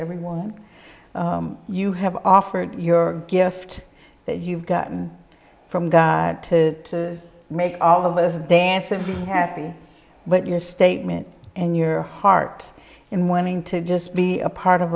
everyone you have offered your gift that you've gotten from god to make all of us dance and be happy but your statement and your heart in wanting to just be a part of